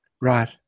Right